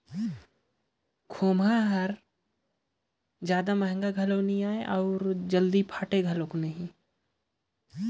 खोम्हरा हर ढेर महगा घलो नी आए अउ हालु चिराए घलो नही